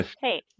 hey